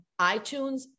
iTunes